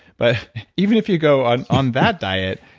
but even if you go on on that diet,